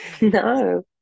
no